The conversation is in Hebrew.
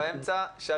בוקר טוב.